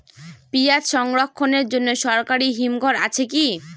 পিয়াজ সংরক্ষণের জন্য সরকারি হিমঘর আছে কি?